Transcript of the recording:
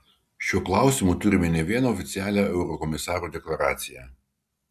šiuo klausimu turime ne vieną oficialią eurokomisarų deklaraciją